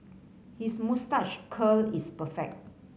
his moustache curl is perfect